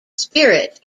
spirit